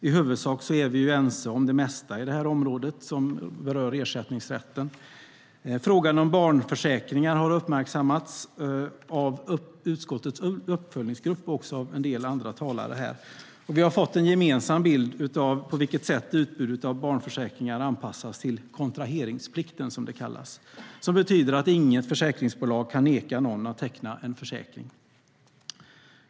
I huvudsak är vi ense om det mesta inom detta område som rör ersättningsrätten. Frågan om barnförsäkringar har uppmärksammats av utskottets uppföljningsgrupp och en del talare här. Vi har fått en gemensam bild av på vilket sätt utbudet av barnförsäkringar anpassats till kontraheringsplikten, som det kallas, som betyder att inget försäkringsbolag kan neka någon att teckna en försäkring.